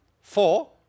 Four